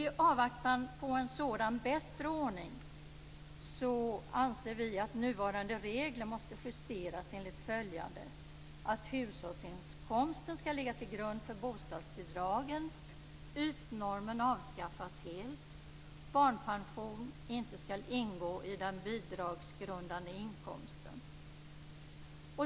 I avvaktan på en sådan, bättre, ordning anser vi att nuvarande regler måste justeras enligt följande: Hushållsinkomsten ska ligga till grund för bostadsbidragen. Ytnormen ska helt avskaffas. Barnpension ska inte ingå i den bidragsgrundande inkomsten.